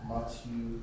Matthew